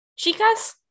Chicas